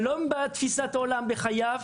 שלום הייתה תפיסת העולם שלו בחייו,